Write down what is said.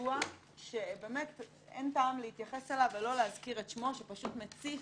ידוע שאין טעם להתייחס אליו ולא להזכיר את שמו שפשוט מציף,